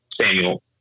Samuel